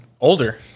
older